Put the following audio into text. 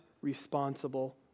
responsible